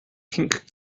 pink